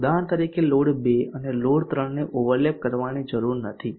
ઉદાહરણ તરીકે લોડ 2 અને લોડ 3 ને ઓવરલેપ કરવાની જરૂર નથી